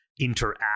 interact